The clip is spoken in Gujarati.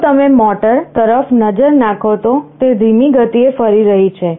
જો તમે મોટર તરફ નજર નાખો તો તે ધીમી ગતિએ ફરી રહી છે